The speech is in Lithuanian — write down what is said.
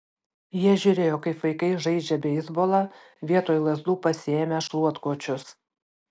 jie žiūrėjo kaip vaikai žaidžia beisbolą vietoj lazdų pasiėmę šluotkočius